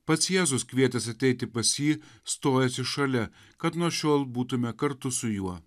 pats jėzus kvietęs ateiti pas jį stojasi šalia kad nuo šiol būtume kartu su juo